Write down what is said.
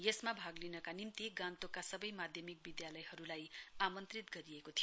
यसमा भाग लिनका निम्ति गान्तोकका सबै माध्यमिक विधालयहरूलाई आमन्ट्रित गरिएको थियो